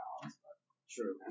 True